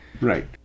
right